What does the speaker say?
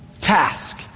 task